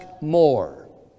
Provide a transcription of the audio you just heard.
more